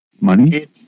money